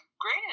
great